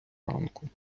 ранку